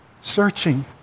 searching